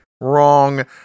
Wrong